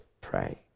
pray